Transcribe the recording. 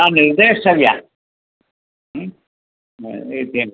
आं निर्देष्टव्या इति